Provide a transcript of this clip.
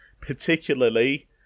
particularly